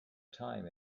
time